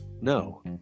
No